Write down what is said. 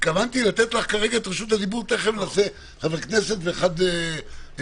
התכוונתי לתת לך כרגע את רשות הדיבור אחד חבר כנסת ואחד מבחוץ.